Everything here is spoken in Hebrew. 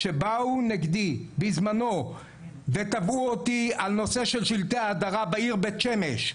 כשבאו נגדי בזמנו ותבעו אותי על נושא של שלטי הדרה בעיר בית שמש,